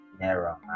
narrow